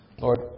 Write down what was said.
Lord